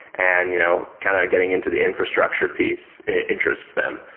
and you know kind of getting into the infrastructure piece, it interests them.